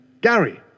Gary